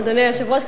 אדוני היושב-ראש,